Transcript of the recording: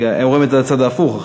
הם אומרים את זה על הצד ההפוך,